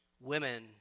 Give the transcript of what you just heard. women